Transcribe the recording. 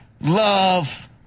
love